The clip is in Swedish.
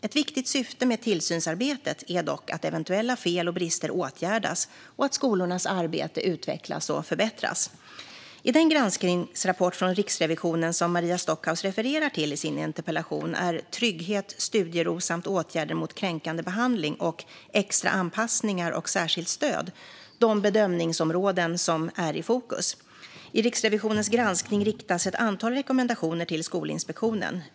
Ett viktigt syfte med tillsynsarbetet är dock att eventuella fel och brister åtgärdas och att skolornas arbete utvecklas och förbättras. I den granskningsrapport från Riksrevisionen som Maria Stockhaus refererar till i sin interpellation är Trygghet, studiero och åtgärder mot kränkande behandling och Extra anpassningar och särskilt stöd de bedömningsområden som är i fokus. I Riksrevisionens granskning riktas ett antal rekommendationer till Skolinspektionen.